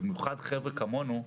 במיוחד חבר'ה כמונו,